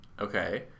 Okay